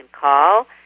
call